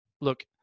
look